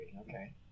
Okay